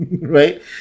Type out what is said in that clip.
Right